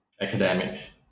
academics